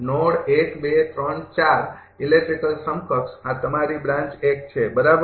node electrical સમકક્ષ આ તમારી બ્રાન્ચ ૧ છે બરાબર